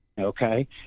okay